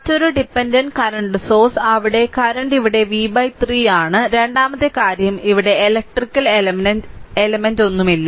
മറ്റൊരു dependent current source അവിടെ current ഇവിടെ v 3 ആണ് രണ്ടാമത്തെ കാര്യം ഇവിടെ എലെക്ട്രിക്കൽ എലമെന്റ് ഒന്നുമില്ല